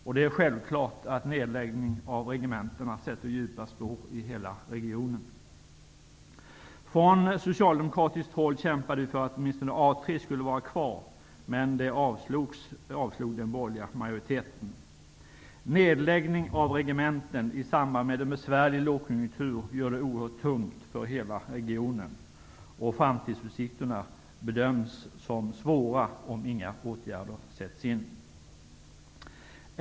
Det är självklart att en nedläggning av regementena sätter djupa spår i hela regionen. Från socialdemokratiskt håll kämpade vi för att åtminstone A3 skulle vara kvar, men det avslog den borgerliga majoriteten. Nedläggning av regementen i samband med en besvärlig lågkonjunktur gör det oerhört tungt för hela regionen. Framtidsutsikterna bedöms alltså som svåra, om inga åtgärder sätts in.